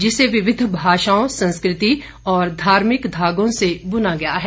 जिसे विविध भाषाओं संस्कृति और धार्मिक धागों से बुना गया है